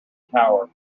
tower